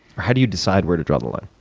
or how do you decide where to draw the line?